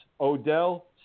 Odell